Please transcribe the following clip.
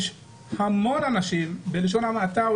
יש המון אנשים בלשון המעטה,